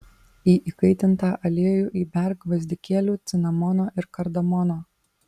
į įkaitintą aliejų įberk gvazdikėlių cinamono ir kardamono